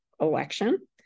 election